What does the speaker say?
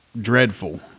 dreadful